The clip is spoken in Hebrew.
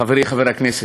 חברי חברי הכנסת,